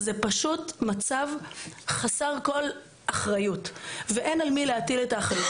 זה פשוט מצב חסר כל אחריות ואין על מי להטיל את האחריות.